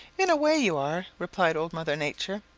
in a way you are, replied old mother nature.